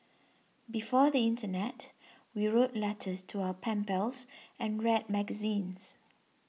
before the internet we wrote letters to our pen pals and read magazines